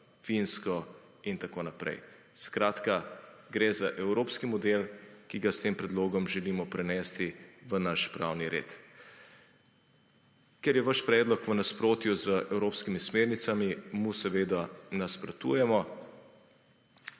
Finsko in tako naprej skratka gre za evropski model, ki ga s tem predlogom želimo prenesti v naš pravni red. Ker je vaš predlog v nasprotju z evropskimi smernicami mu seveda nasprotujemo.